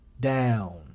down